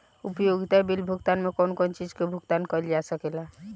उपयोगिता बिल भुगतान में कौन कौन चीज के भुगतान कइल जा सके ला?